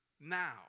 now